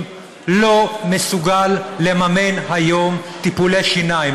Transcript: לא מסוגלים לממן היום טיפולי שיניים,